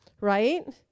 right